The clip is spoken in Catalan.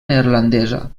neerlandesa